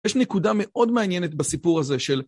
יש נקודה מאוד מעניינת בסיפור הזה של...